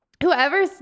whoever